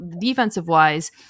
Defensive-wise